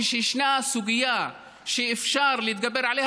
כשישנה סוגיה שאפשר לדבר עליה,